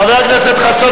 חבר הכנסת חסון,